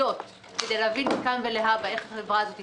כדי להבין מכאן ולהבא איך החברה הזאת תתמודד.